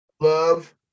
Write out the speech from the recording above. Love